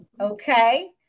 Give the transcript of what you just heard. okay